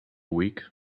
week